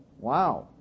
Wow